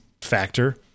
factor